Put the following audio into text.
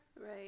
right